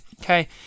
Okay